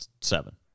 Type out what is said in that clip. seven